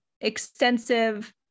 extensive